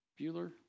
Bueller